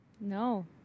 No